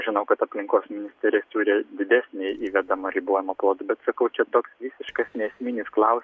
žinau kad aplinkos ministerija turi didesnį įvedamą ribojamą plotą bet sakau čia toks visiškas neesminis klau